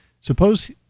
suppose